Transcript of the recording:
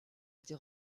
était